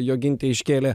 jogintė iškėlė